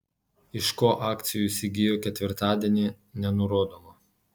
iš ko akcijų įsigijo ketvirtadienį nenurodoma